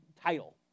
title